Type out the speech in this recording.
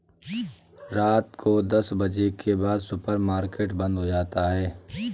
रात को दस बजे के बाद सुपर मार्केट बंद हो जाता है